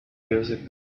music